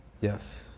Yes